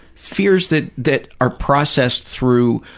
fears that that are processed through,